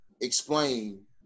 explain